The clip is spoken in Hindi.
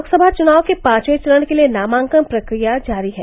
लोकसभा चुनाव के पांचवें चरण के लिये नामांकन प्रक्रिया जारी है